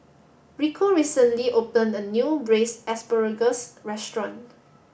Rico recently opened a new braised asparagus restaurant